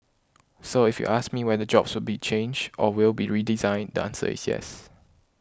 so if you ask me whether jobs will be changed or will be redesigned the answer is yes